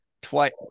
twice